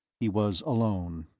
he was alone,